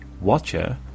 watcher